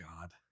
God